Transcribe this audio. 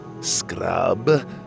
Scrub